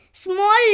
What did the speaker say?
Small